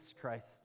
Christ